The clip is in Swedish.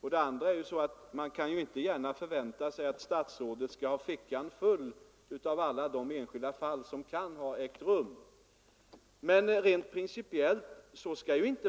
För det andra kan man inte förvänta sig att statsrådet skall komma med fickan full av uppgifter om alla fall av det här slaget. Men rent principiellt skall